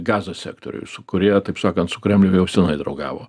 gazos sektoriuj su kurie taip sakant su kremlium jau senai draugavo